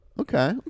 Okay